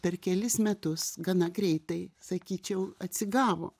per kelis metus gana greitai sakyčiau atsigavo